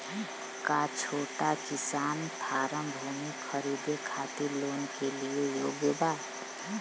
का छोटा किसान फारम भूमि खरीदे खातिर लोन के लिए योग्य बा?